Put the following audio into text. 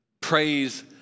Praise